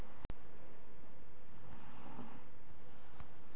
విత్తనాల వల్ల చెట్లు పెరిగేదే ఇంత దాకా తెల్సు కానీ ఈ కాండం నాటేదేందీ